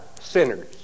sinners